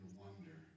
wonder